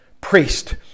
priest